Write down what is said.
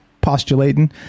postulating